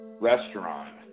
restaurant